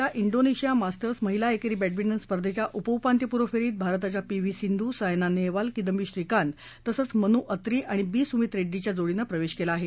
Jakarta इथं होत असलेल्या इंडोनेशिया मास्टर्स महिला एकेरी बँडमिंटन स्पर्धेच्या उपउपान्त्यपूर्व फेरीत भारताच्या पी व्ही सिंधू सायना नेहलवालकिदाम्बी श्रीकांत तसंच मनू अत्री आणि बी सुमीथ रेङ्डीच्या जोडीनं प्रवेश केला आहे